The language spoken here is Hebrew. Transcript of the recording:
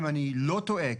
אם אני לא טועה,